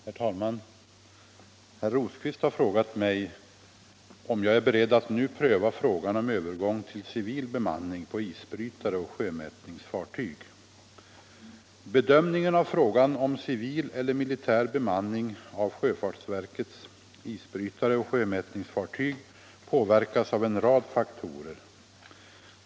Herr talman! Herr Rosqvist har frågat mig om jag är beredd att nu pröva frågan om övergång till civil bemanning på isbrytare och sjömätningsfartyg. Bedömningen av frågan om civil eller militär bemanning av sjöfartsverkets isbrytare och sjömätningsfartyg påverkas av en rad faktorer.